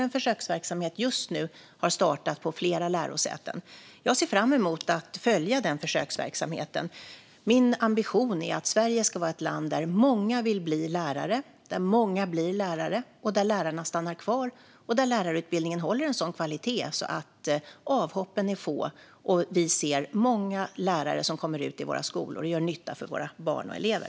En försöksverksamhet har just nu startat på flera lärosäten. Jag ser fram emot att följa denna försöksverksamhet. Min ambition är att Sverige ska vara ett land där många vill bli lärare, där många blir lärare, där lärarna stannar kvar och där lärarutbildningen håller en sådan kvalitet att avhoppen är få och att vi ser många lärare som kommer ut i skolorna och gör nytta för våra barn och elever.